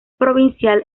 provincial